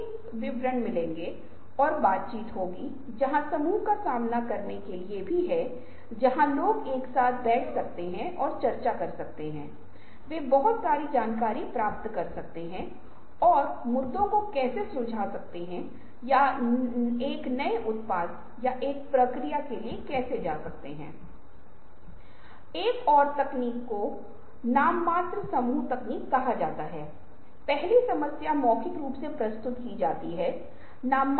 soft skills के दृष्टिकोण और संदर्भ से मुझे लगता है कि यह भी हालांकि थोड़ा विस्तृत है ऐसा कुछ हो सकता है जो बहुत सार्थक हो सकता है और मुझे यकीन है कि कई वेबसाइटें होंगी जहां ये तकनीक विस्तृत हैं और मुझे उम्मीद है कि वे आपको इन तकनीकों की प्रासंगिकता के बारे में बताएंगे